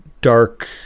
dark